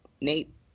Nate